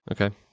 Okay